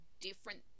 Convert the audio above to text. different